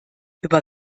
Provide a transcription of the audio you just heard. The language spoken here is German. über